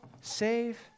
save